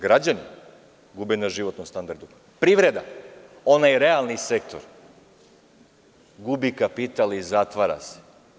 Građani - gube na životnom standardu, privreda – ona je realni sektor, gubi kapital i zatvara se.